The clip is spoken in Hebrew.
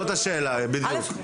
זאת השאלה, בדיוק.